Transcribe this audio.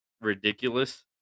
Ridiculous